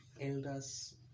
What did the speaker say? elders